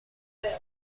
major